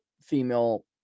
female